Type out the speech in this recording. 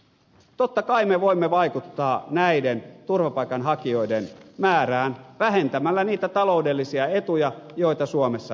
totta kai me voimme vaikuttaa näiden turvapaikanhakijoiden määrään vähentämällä niitä taloudellisia etuja joita suomessa heille annetaan